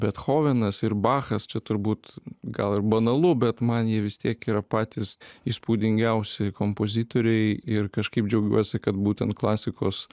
betchovenas ir bachas čia turbūt gal ir banalu bet man jie vis tiek yra patys įspūdingiausi kompozitoriai ir kažkaip džiaugiuosi kad būtent klasikos